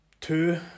Two